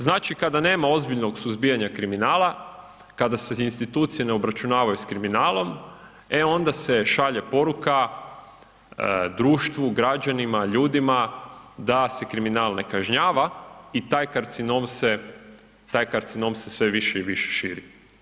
Znači kada nema ozbiljnog suzbijanja kriminala, kada se institucije ne obračunavaju s kriminalom, e onda se šalje poruka društvu, građanima, ljudima da se kriminal ne kažnjava i taj karcinom se, taj karcinom se sve više i više širi.